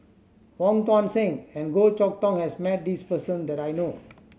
Wong Tuang Seng and Goh Chok Tong has met this person that I know